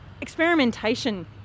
experimentation